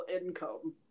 income